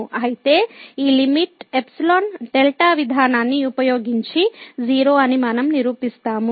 అయితే ఈ లిమిట్ ϵ δ విధానాన్ని ఉపయోగించి 0 అని మనం నిరూపిస్తాము